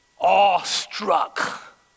awestruck